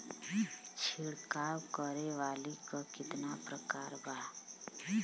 छिड़काव करे वाली क कितना प्रकार बा?